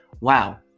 wow